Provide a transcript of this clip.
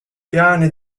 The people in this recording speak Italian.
piani